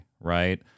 right